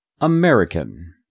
American